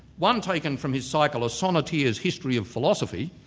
one taken from his cycle, a sonneteers history of philosophy,